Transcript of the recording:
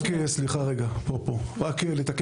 רק לתקן אותך, יוליה: